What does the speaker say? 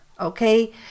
okay